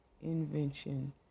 Invention